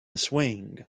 swing